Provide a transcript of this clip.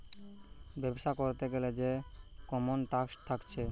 বেবসা করতে গ্যালে যে কমন স্টক থাকছে